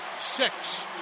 six